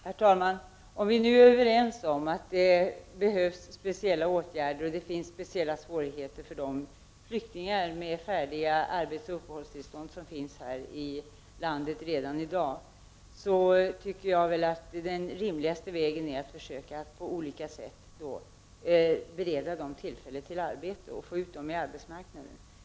Herr talman! Om vi nu är överens om att det behövs särskilda åtgärder och att det finns speciella svårigheter för de flyktingar med färdiga arbetsoch uppehållstillstånd som redan finns här i landet i dag, anser jag att den rimligaste vägen är att på olika sätt försöka bereda dem tillfälle till arbete och få ut dem på arbetsmarknaden.